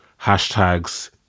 hashtags